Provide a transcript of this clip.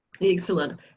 Excellent